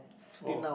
oh